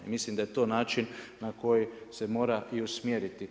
I mislim da je to način na koji se mora usmjeriti.